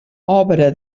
obre